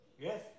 Yes